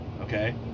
Okay